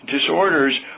disorders